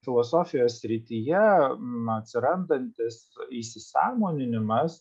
filosofijos srityje atsirandantis įsisąmoninimas